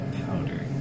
powder